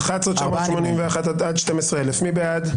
11,961 עד 11,980, מי בעד?